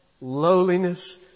lowliness